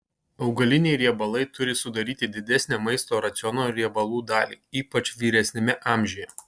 augaliniai riebalai turi sudaryti didesnę maisto raciono riebalų dalį ypač vyresniame amžiuje